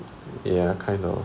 ya kind of